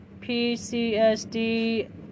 PCSD